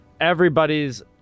Everybody's